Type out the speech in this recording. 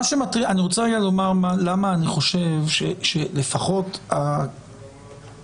אני רוצה לומר למה אני חושב שלפחות הכיוון